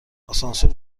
آسانسور